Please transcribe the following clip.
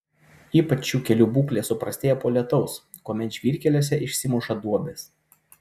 ypač šių kelių būklė suprastėja po lietaus kuomet žvyrkeliuose išsimuša duobės